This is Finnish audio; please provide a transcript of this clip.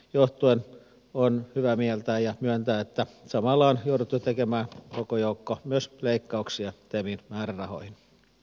johtuen on hyvää mieltä ja myöntää että samalla on jouduttu tekemään koko joukko myös leikkauksia kävi määrärahan